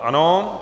Ano.